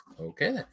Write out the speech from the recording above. Okay